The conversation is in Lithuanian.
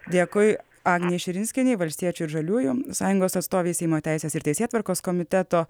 dėkui agnei širinskienei valstiečių ir žaliųjų sąjungos atstovei seimo teisės ir teisėtvarkos komiteto